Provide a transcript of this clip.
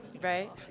Right